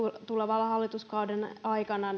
tulevan hallituskauden aikana